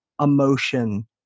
emotion